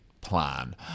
plan